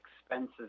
expenses